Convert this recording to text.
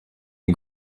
and